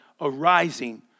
arising